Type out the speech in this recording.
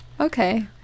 okay